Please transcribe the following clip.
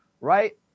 right